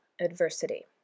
adversity